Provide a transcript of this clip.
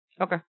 Okay